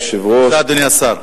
אדוני היושב-ראש,